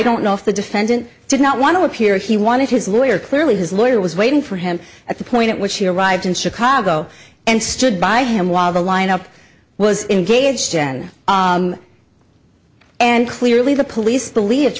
don't know if the defendant did not want to appear he wanted his lawyer clearly his lawyer was waiting for him at the point at which he arrived in chicago and stood by him while the lineup was engaged in and clearly the police